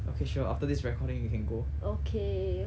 okay sure after this recording we can go